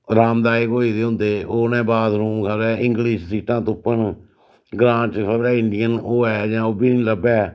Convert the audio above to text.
अरामदायक होई गेदे होंदे ओह् उनें बाथरूम खबरै इंग्लिश सीटां तुप्पन ग्रांऽ च खबरै इंडियन होऐ जां उब्बी नी लब्भै